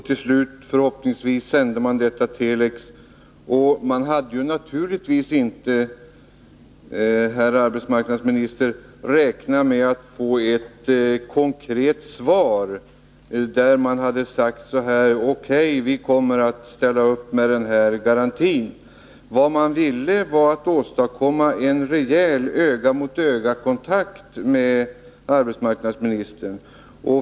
Till slut sände man detta telex, och man hade naturligtvis inte, herr arbetsmarknadsminister, räknat med att få ett konkret svar med innebörden: O.K. vi kommer att ställa upp med den här garantin. Vad man ville var att åstadkomma en rejäl öga-mot-öga-kontakt med arbetsmarknadsministern.